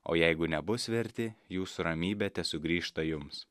o jeigu nebus verti jūsų ramybė tesugrįžta jums